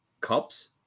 cups